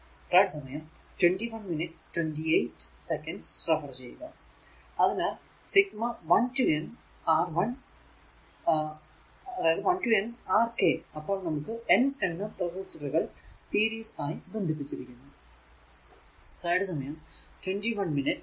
അതിനാൽ സിഗ്മ 1 to N R1 N Rk അപ്പോൾ നമുക്ക് N എണ്ണം റെസിസ്റ്ററുകൾ സീരീസ് ആയി ബന്ധിപ്പിച്ചിരിക്കുന്നു